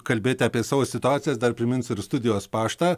kalbėti apie savo situacijas dar priminsiu ir studijos paštą